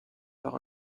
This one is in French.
par